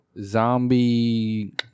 Zombie